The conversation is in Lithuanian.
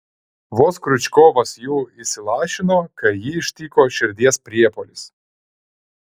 vos kriučkovas jų įsilašino kai jį ištiko širdies priepuolis